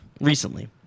Recently